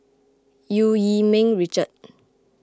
Eu Yee Ming Richard